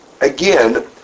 again